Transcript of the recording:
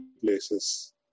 places